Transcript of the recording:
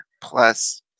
plus